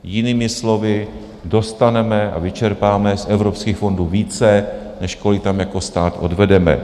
Jinými slovy, dostaneme a vyčerpáme z evropských fondů více, než kolik tam jako stát odvedeme.